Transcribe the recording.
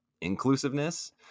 inclusiveness